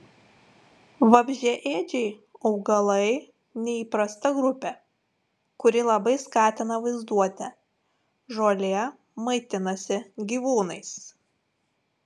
vabzdžiaėdžiai augalai neįprasta grupė kuri labai skatina vaizduotę žolė maitinasi gyvūnais